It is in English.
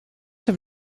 have